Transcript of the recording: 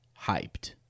hyped